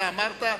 אתה אמרת.